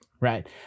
right